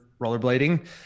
rollerblading